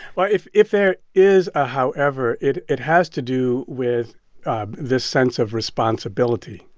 well, if if there is a however, it it has to do with this sense of responsibility,